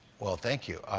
well, thank you.